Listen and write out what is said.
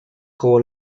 koło